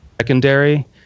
secondary